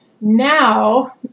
now